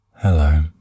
Hello